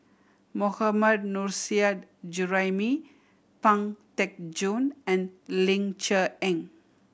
Mohammad Nurrasyid Juraimi Pang Teck Joon and Ling Cher Eng